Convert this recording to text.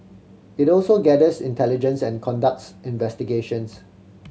it also gathers intelligence and conducts investigations